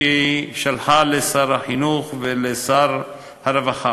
שהיא שלחה לשר החינוך ולשר הרווחה.